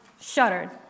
shuddered